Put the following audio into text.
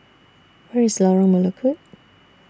Where IS Lorong Melukut